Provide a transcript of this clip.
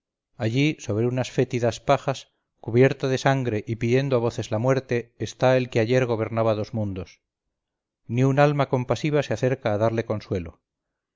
allí sobre unas fétidas pajas cubierto de sangre y pidiendo a voces la muerte está el que ayer gobernaba dos mundos ni un alma compasiva se acerca a darle consuelo